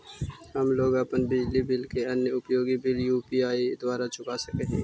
हम लोग अपन बिजली बिल और अन्य उपयोगि बिल यू.पी.आई द्वारा चुका सक ही